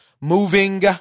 moving